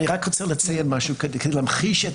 אני רק רוצה לציין משהו כדי להמחיש את